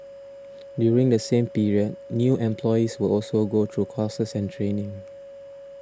during the same period new employees will also go through courses and training